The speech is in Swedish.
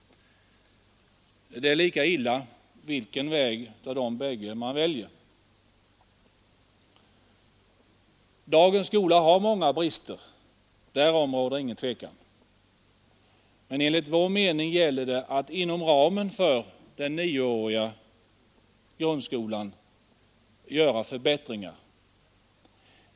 Det är lika illa vilken väg av dessa man väljer. Dagens skola har många brister — därom råder ingen tvekan. Men enligt vår mening gäller det att inom ramen för den nioåriga grundskolan göra förbättringar.